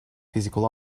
physical